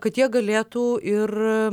kad jie galėtų ir